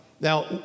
Now